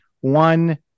one